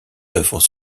œuvres